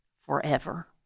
forever